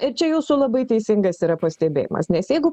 ir čia jūsų labai teisingas yra pastebėjimas nes jeigu